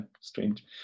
strange